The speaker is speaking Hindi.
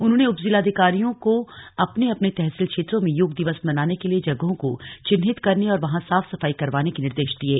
उन्होंने उप जिलाधिकारियों को अपने अपने तहसील क्षेत्रों में योग दिवस मनाने के लिए जगहों को चिन्हित करने और वहां साफ सफाई करवाने के निर्देश दिये